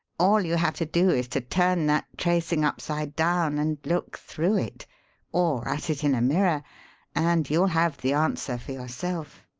all you have to do is to turn that tracing upside down and look through it or at it in a mirror and you'll have the answer for yourself.